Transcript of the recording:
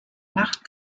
nacht